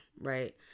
right